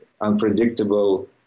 unpredictable